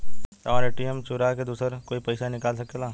साहब हमार ए.टी.एम चूरा के दूसर कोई पैसा निकाल सकेला?